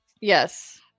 Yes